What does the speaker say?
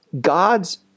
God's